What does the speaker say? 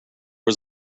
was